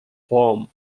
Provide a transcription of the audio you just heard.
form